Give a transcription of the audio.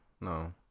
no